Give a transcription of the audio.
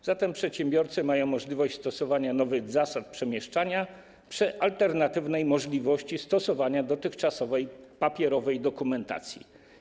A zatem przedsiębiorcy mają możliwość stosowania nowych zasad przemieszczania przy alternatywnej możliwości stosowania dotychczasowej, papierowej dokumentacji.